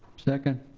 second.